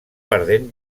perdent